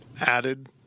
added